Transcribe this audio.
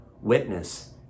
witness